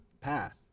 path